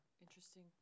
interesting